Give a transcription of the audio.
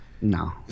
No